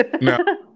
No